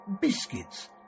biscuits